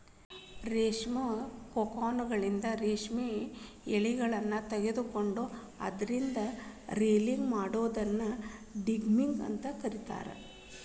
ರೇಷ್ಮಿ ಕೋಕೂನ್ಗಳಿಂದ ರೇಷ್ಮೆ ಯಳಿಗಳನ್ನ ತಕ್ಕೊಂಡು ಅದ್ರಿಂದ ರೇಲಿಂಗ್ ಮಾಡೋದನ್ನ ಡಿಗಮ್ಮಿಂಗ್ ಅಂತ ಕರೇತಾರ